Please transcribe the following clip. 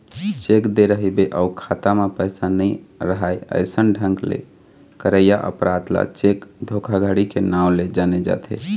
cheque दे रहिबे अउ खाता म पइसा नइ राहय अइसन ढंग ले करइया अपराध ल चेक धोखाघड़ी के नांव ले जाने जाथे